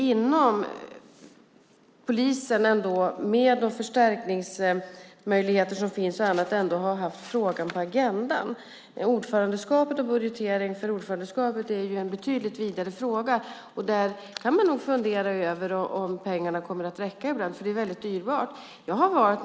Inom polisen, med de förstärkningsmöjligheter som finns, har man ändå haft frågan på agendan. Ordförandeskapet och budgetering för ordförandeskapet är en betydligt vidare fråga. Man kan nog fundera på om pengarna kommer att räcka ibland, för det är väldigt dyrbart.